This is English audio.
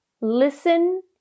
listen